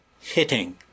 hitting